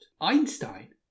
Einstein